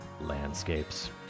Landscapes